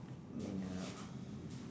mm ya